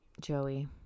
Joey